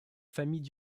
famille